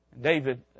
David